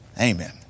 Amen